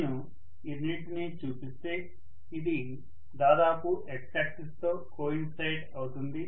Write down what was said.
నేను ఈ రెండింటినీ చూపిస్తే ఇది దాదాపు X యాక్సిస్ తో కోఇన్సెడ్ అవుతుంది